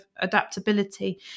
adaptability